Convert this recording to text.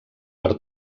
per